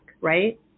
right